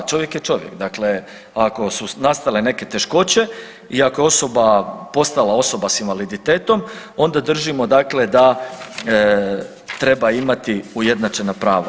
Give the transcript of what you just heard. Čovjek je čovjek, dakle ako su nastale neke teškoće i ako je osoba postala osoba sa invaliditetom, onda držimo dakle da treba imati ujednačena prava.